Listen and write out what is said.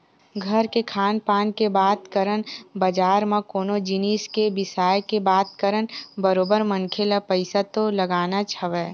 घर के खान पान के बात करन बजार म कोनो जिनिस के बिसाय के बात करन बरोबर मनखे ल पइसा तो लगानाच हवय